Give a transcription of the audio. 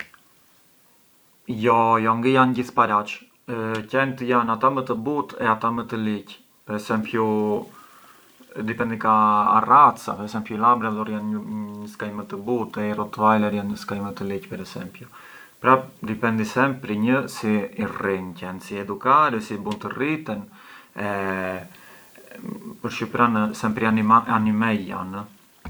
Jo ngë janë gjithë paraç, qent janë ata më të but e ata më të ligjë, per esempiu, dipendi ka a raca, per esempiu i labrador janë një skaj më të butë e i rottweiler janë një skaj më të ligjë per esempiu, pran dipindir sempri ka si i rrinj një qent, si i educar e si i bun të riten, përç pran sempri animej janë.